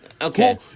Okay